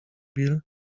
bill